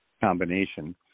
combination